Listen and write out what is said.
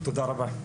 תודה רבה,